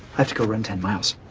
i have to go run ten miles.